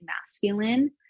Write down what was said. masculine